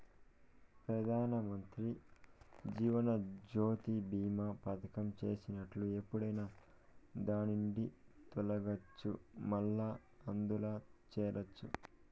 పెదానమంత్రి జీవనజ్యోతి బీమా పదకం చేసినట్లు ఎప్పుడైనా దాన్నిండి తొలగచ్చు, మల్లా అందుల చేరచ్చు